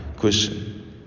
Question